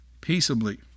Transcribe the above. peaceably